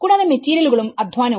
കൂടാതെ മെറ്റീരിയലുകളുംഅധ്വാനവും